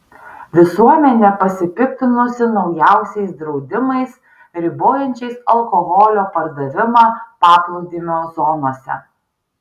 visuomenė pasipiktinusi naujausiais draudimais ribojančiais alkoholio pardavimą paplūdimio zonose